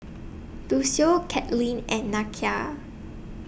Lucio Kathleen and Nakia